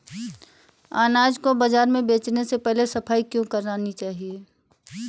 अनाज को बाजार में बेचने से पहले सफाई क्यो करानी चाहिए?